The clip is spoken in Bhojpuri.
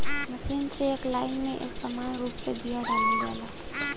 मशीन से एक लाइन में एक समान रूप से बिया डालल जाला